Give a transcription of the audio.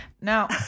Now